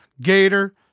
Gator